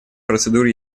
процедур